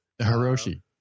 Hiroshi